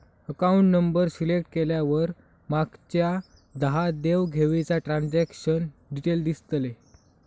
account number select केल्यावर मागच्या दहा देव घेवीचा ट्रांजॅक्शन डिटेल दिसतले